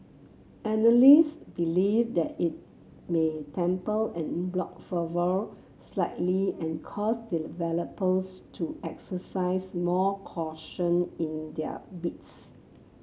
analyst believe that it may temper en bloc fervour slightly and cause developers to exercise more caution in their bids